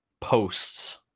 posts